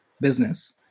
business